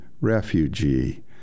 refugee